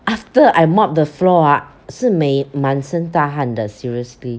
after I mop the floor ah 是每满身大汗的 seriously